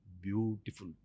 Beautiful